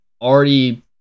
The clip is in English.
Already